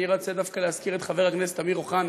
ואני רוצה דווקא להזכיר את חבר הכנסת אמיר אוחנה,